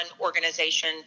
organization